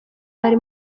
bari